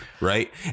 right